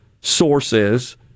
sources